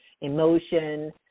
emotion